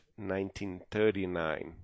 1939